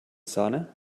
sahne